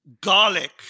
garlic